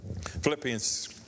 Philippians